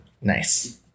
nice